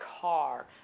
car